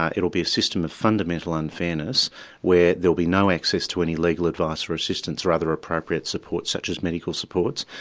ah it'll be a system of fundamental unfairness where there'll be no access to any legal advice or assistance or other appropriate support such as medical supports.